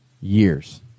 years